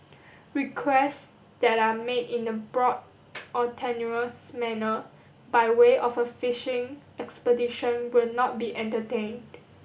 requests that are made in a broad or tenuous manner by way of a fishing expedition will not be entertained